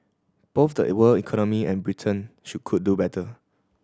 both the world economy and Britain should could do better